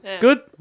Good